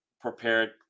prepared